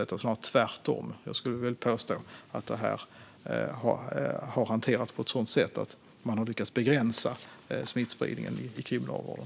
Det är snarare tvärtom - jag skulle vilja påstå att detta har hanterats på ett sådant sätt att man har lyckats begränsa smittspridningen i kriminalvården.